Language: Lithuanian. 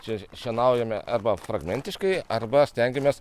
čia šienaujame arba fragmentiškai arba stengiamės